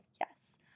Yes